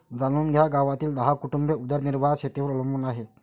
जाणून घ्या गावातील दहा कुटुंबे उदरनिर्वाह शेतीवर अवलंबून आहे